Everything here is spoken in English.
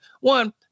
one